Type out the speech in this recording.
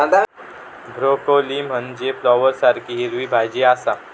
broccoli म्हनजे फ्लॉवरसारखी हिरवी भाजी आसा